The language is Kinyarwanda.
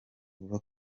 vuba